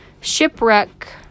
shipwreck